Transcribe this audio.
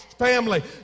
family